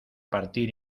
partir